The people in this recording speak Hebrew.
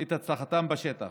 את הצלחתם בשטח.